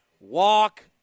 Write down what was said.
Walk